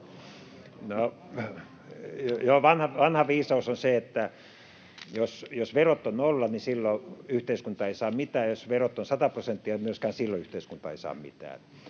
vanha viisaus on se, että jos verot ovat nolla, niin silloin yhteiskunta ei saa mitään, ja jos verot ovat 100 prosenttia, myöskään silloin yhteiskunta ei saa mitään.